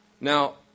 Now